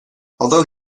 although